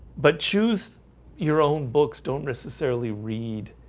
but choose your own books don't necessarily read